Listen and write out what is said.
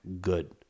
good